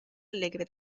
allegri